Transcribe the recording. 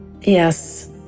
yes